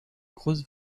grosse